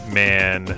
man